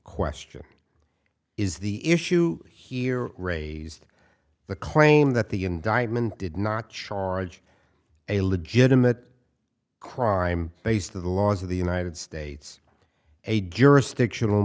question is the issue here raised the claim that the indictment did not charge a legitimate crime based of the laws of the united states a dearest fiction